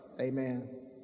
Amen